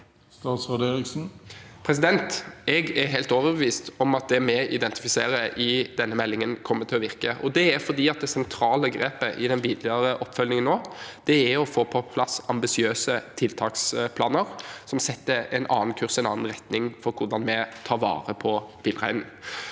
Bjelland Eriksen Jeg er helt overbevist om at det vi identifiserer i denne meldingen, kommer til å virke. Det er fordi det sentrale grepet i den videre oppfølgingen nå er å få på plass ambisiøse tiltaksplaner som setter en annen kurs, en annen retning, for hvordan vi tar vare på villreinen.